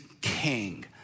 king